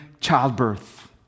childbirth